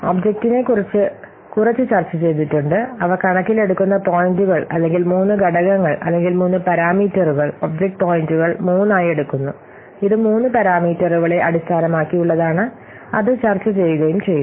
ഒബ്ജക്റ്റിനെക്കുറിച്ച് കുറച്ച് ചർച്ച ചെയ്തിട്ടുണ്ട് അവ കണക്കിൽ എടുക്കുന്ന പോയിന്റുകൾ അല്ലെങ്കിൽ മൂന്ന് ഘടകങ്ങൾ അല്ലെങ്കിൽ മൂന്ന് പാരാമീറ്ററുകൾ ഒബ്ജക്റ്റ് പോയിന്റുകൾ മൂന്നായി എടുക്കുന്നു ഇത് മൂന്ന് പാരാമീറ്ററുകളെ അടിസ്ഥാനമാക്കിയുള്ളതാണ് അത് ചർച്ച ചെയ്യുകയും ചെയ്തു